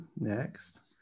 next